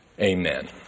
amen